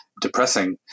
depressing